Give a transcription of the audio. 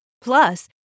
Plus